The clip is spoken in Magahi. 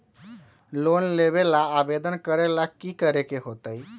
लोन लेबे ला आवेदन करे ला कि करे के होतइ?